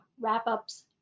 wrap-ups